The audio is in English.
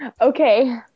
Okay